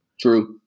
True